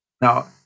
Now